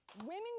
Women